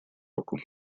руку